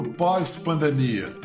pós-pandemia